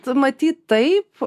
matyt tai